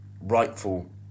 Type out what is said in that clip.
rightful